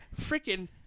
Freaking